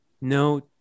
No